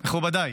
מכובדיי,